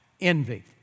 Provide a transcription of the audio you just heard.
envy